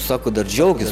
sako dar džiaukis